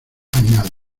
añade